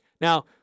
Now